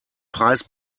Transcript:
preis